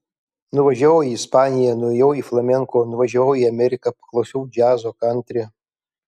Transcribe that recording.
nuvažiavau į ispaniją nuėjau į flamenko nuvažiavau į ameriką paklausiau džiazo kantri